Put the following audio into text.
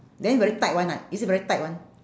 then very tight [one] ah is it very tight [one]